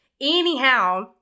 Anyhow